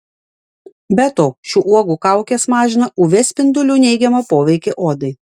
be to šių uogų kaukės mažina uv spindulių neigiamą poveikį odai